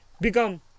become